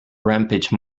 rampage